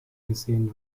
gesehen